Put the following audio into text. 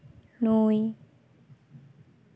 ᱱᱩᱭ